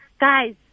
Guys